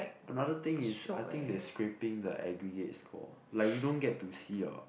another thing is I think they scrapping the aggregate score like you don't get to see your